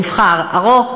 תבחר, ארוך?